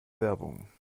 werbung